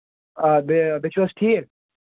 آ بیٚیہِ بیٚیہِ چھو حظ ٹھیٖک